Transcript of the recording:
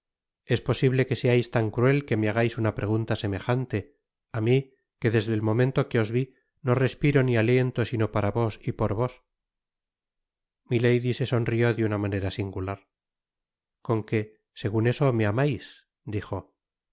es posible que seais tan cruel que me hagais una pregunta semejante á mi que desde el momento que os vi no respiro ni aliento sino para vos y por vos milady se sonrió de una manera singular con que segun eso me amais dijo